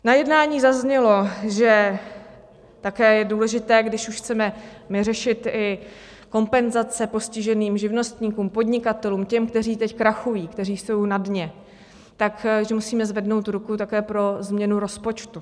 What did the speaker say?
Na jednání zaznělo, že také je důležité, když už my chceme řešit i kompenzace postiženým živnostníkům, podnikatelům, těm, kteří teď krachují, kteří jsou na dně, tak že musíme zvednout ruku také pro změnu rozpočtu.